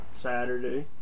Saturday